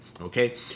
okay